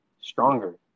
stronger